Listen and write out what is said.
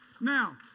Now